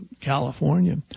California